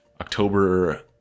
October